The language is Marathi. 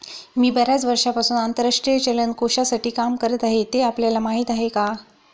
मी बर्याच वर्षांपासून आंतरराष्ट्रीय चलन कोशासाठी काम करत आहे, ते आपल्याला माहीत आहे का?